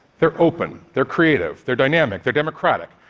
they're open, they're creative, they're dynamic, they're democratic,